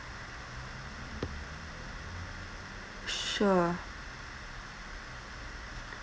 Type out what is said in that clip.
sure